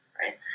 right